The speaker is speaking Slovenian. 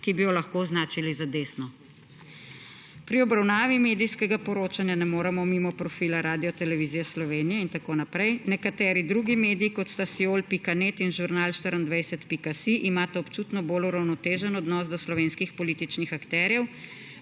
ki bi jo lahko označili za desno.« »Pri obravnavi medijskega poročanja ne moremo mimo profila Radiotelevizije Slovenije in tako naprej, nekateri drugi mediji, kot sta Siol.net in Žurnal24.si, imajo občutno bolj uravnotežen odnos do slovenskih političnih akterjev,